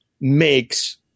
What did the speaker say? makes